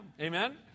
Amen